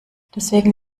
deswegen